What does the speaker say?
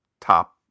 top